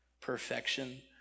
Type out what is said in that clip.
Perfection